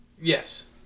Yes